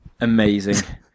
Amazing